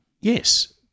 Yes